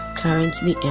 currently